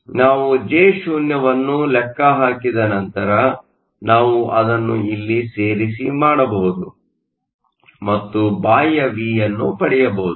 ಆದ್ದರಿಂದ ನಾವು J0 ಅನ್ನು ಲೆಕ್ಕ ಹಾಕಿದ ನಂತರ ನಾವು ಅದನ್ನು ಇಲ್ಲಿ ಸೇರಿಸಿ ಮಾಡಬಹುದು ಮತ್ತು ಬಾಹ್ಯ ವಿಯನ್ನು ಪಡೆಯಬಹುದು